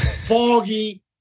Foggy